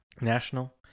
national